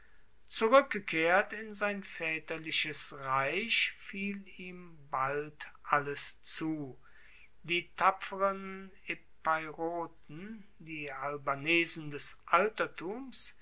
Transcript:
zurueckgekehrt in sein vaeterliches reich fiel ihm bald alles zu die tapferen epeiroten die albanesen des altertums